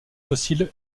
fossiles